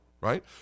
Right